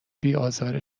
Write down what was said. بیآزار